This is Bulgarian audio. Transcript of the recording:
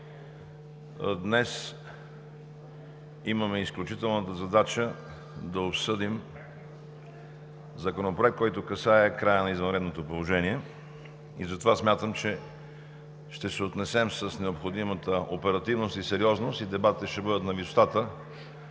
Днес имаме изключителната задача да обсъдим Законопроект, който касае края на извънредното положение, и затова смятам, че ще се отнесем с необходимата оперативност и сериозност и дебатите ще бъдат на висотата